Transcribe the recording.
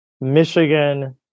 Michigan